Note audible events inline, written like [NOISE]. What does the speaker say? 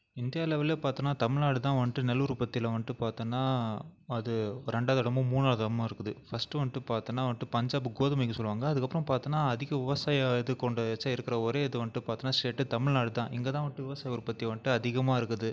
India லெவலில் பார்த்தோம்னா தமிழ்நாடு தான் வந்துட்டு நெல் உற்பத்தியில் வந்துட்டு பார்த்தோம்னா அது ரெண்டாவது இடமோ மூணாவது இடமா இருக்குது ஃபஸ்ட்டு வந்துட்டு பார்த்தீனா வந்துட்டு பஞ்சாப்பு கோதுமைக்கு சொல்லுவாங்க அதுக்கப்புறம் பார்த்தீனா அதிக விவசாய இது கொண்ட [UNINTELLIGIBLE] இருக்கிற ஒரே இது வந்துட்டு பார்த்தீனா ஸ்டேட்டு தமிழ்நாடு தான் இங்கே தான் வந்துட்டு விவசாயம் உற்பத்தி வந்துட்டு அதிகமாக இருக்குது